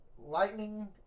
lightning